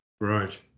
Right